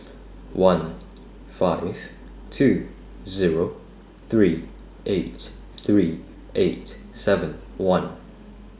one five two Zero three eight three eight seven one